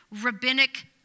rabbinic